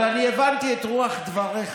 אבל אני הבנתי את רוח דבריך,